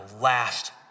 last